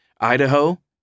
Idaho